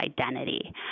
identity